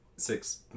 Six